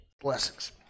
blessings